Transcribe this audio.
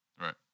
Right